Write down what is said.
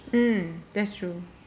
mm that's true